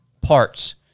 parts